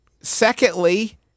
Secondly